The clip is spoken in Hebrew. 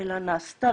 אלא נעשתה,